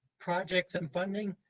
projects and funding.